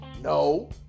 no